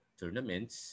tournaments